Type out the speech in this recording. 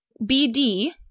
BD